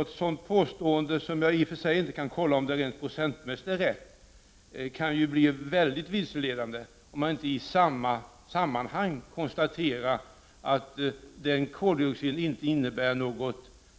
Ett sådant påstående - jag kan i och för sig inte kontrollera om det är rätt procentmässigt — kan bli mycket vilseledande, om man inte samtidigt konstaterar att dessa koldioxidutsläpp inte innebär